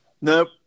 Nope